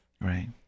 Right